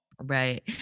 right